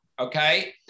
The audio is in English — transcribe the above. okay